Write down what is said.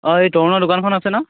অঁ এই তৰুণৰ দোকানখন আছে ন